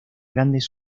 grandes